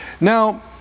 Now